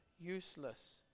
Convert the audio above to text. useless